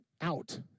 out